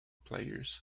players